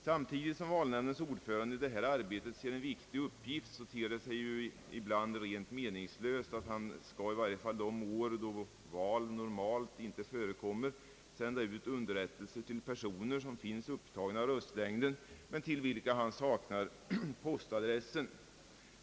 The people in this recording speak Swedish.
Samtidigt som valnämndens ordförande i detta arbete ser en viktig uppgift ter det sig ibland rent meningslöst att han, i varje fall de år då val normalt inte förekommer, skall sända ut underrättelser till personer som finns upptagna i röstlängden men till vilka han saknar postadress.